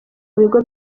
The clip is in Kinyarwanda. bigo